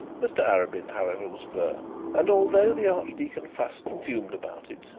mr arabin, however, was firm, and, although the archdeacon fussed and fumed about it,